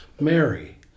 Mary